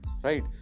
right